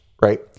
right